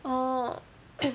orh